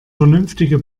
vernünftige